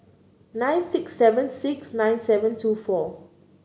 nine six seven six nine seven two four